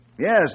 Yes